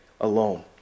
alone